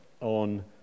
on